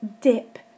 dip